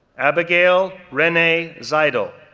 abigail renee zidell,